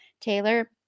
Taylor